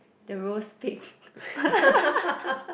the roast pig